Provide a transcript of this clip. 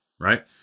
right